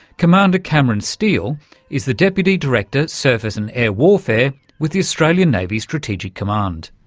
commander cameron steil is the deputy director surface and air warfare with the australian navy's strategic command.